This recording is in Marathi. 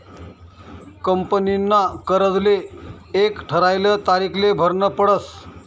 कंपनीना कर्जले एक ठरायल तारीखले भरनं पडस